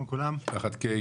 אבקש ממשפחת קיי